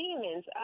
demons